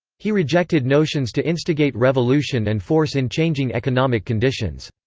he rejected notions to instigate revolution and force in changing economic conditions.